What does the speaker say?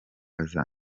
aza